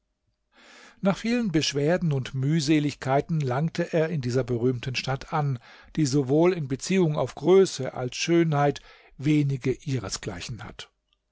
nach vielen beschwerden und mühseligkeiten langte er in dieser berühmten stadt an die sowohl in beziehung auf größe als schönheit wenige ihresgleichen hat